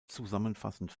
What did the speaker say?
zusammenfassend